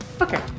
Okay